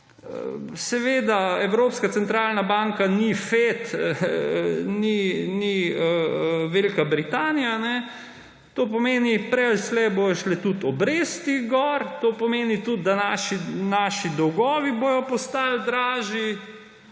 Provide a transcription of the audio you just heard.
seveda Evropska centralna banka ni FED, ni Velika Britanija, to pomeni, da prej ali slej bodo šle tudi obresti gor, to pomeni tudi, da bodo naši dolgovi postali dražji.